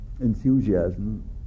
enthusiasm